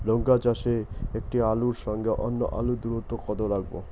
লঙ্কা চাষে একটি আলুর সঙ্গে অন্য আলুর দূরত্ব কত রাখবো?